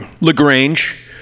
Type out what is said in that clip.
LaGrange